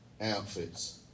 outfits